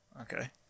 Okay